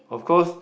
of course